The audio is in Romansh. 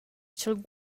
cha’l